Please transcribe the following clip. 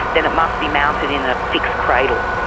then it must be mounted in a fixed cradle.